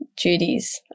duties